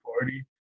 party